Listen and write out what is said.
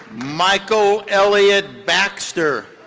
michael elliot baxter.